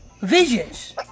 visions